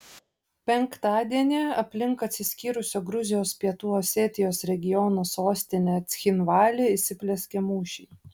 penktadienį aplink atsiskyrusio gruzijos pietų osetijos regiono sostinę cchinvalį įsiplieskė mūšiai